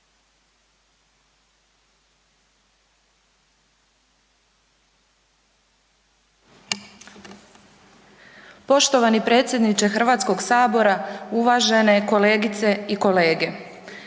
Poštovani g. predsjedniče Hrvatskog državnog sabora, uvažene kolege i kolegice,